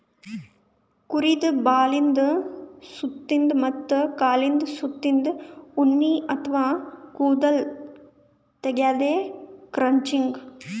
ಕುರಿದ್ ಬಾಲದ್ ಸುತ್ತಿನ್ದ ಮತ್ತ್ ಕಾಲಿಂದ್ ಸುತ್ತಿನ್ದ ಉಣ್ಣಿ ಅಥವಾ ಕೂದಲ್ ತೆಗ್ಯದೆ ಕ್ರಚಿಂಗ್